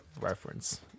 reference